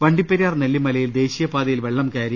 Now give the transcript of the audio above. വണ്ടിപെരിയാർ നെല്ലിമലയിൽ ദേശീയ പാതയിൽ വെള്ളം കയറി